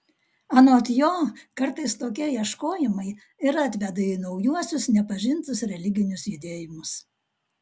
anot jo kartais tokie ieškojimai ir atveda į naujuosius nepažintus religinius judėjimus